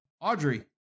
Audrey